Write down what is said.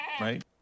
Right